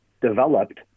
developed